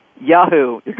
Yahoo